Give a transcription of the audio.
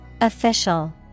Official